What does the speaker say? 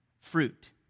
fruit